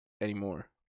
anymore